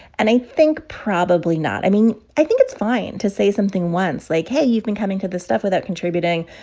and i think probably not i mean, i think it's fine to say something once, like, hey, you've been coming to this stuff without contributing.